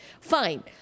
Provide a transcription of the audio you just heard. fine